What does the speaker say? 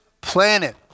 planet